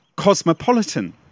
cosmopolitan